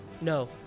no